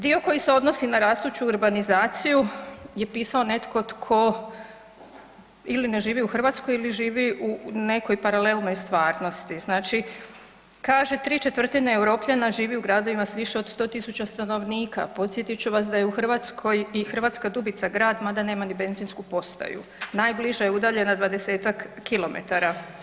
Dio koji se odnosi na rastuću urbanizaciju je pisao netko tko ili ne živi u Hrvatskoj ili živi u nekoj paralelnoj stvarnosti, znači kaže „3/4 Europljana živi u gradovima s više od 100 000 stanovnika“, podsjetit ću vas da je u Hrvatskoj i Hrvatska Dubica grad mada nema ni benzinsku postaju, najbliže je udaljena 20 kilometara.